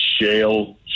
shale